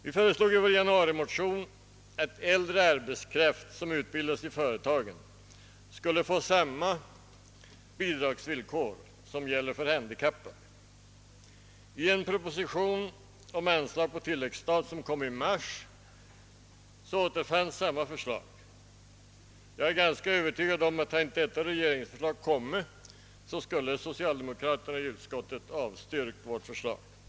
Vi föreslog i vår januarimotion att äldre arbetskraft som utbildas vid företagen skulle få samma bidragsvillkor som handikappade. I en proposition om anslag på tilläggsstat som presenterades i mars återfanns detta förslag. Jag är ganska övertygad om att om inte detta regeringsförslag framlagts hade socialdemokraterna i utskottet avstyrkt vårt förslag.